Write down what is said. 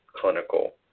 clinical